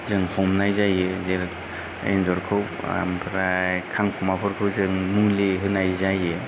जों हमनाय जायो जे एन्जरखौ ओमफ्राय खांखमाफोरखौसो जों मुलि होनाय जायो